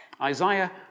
Isaiah